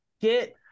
get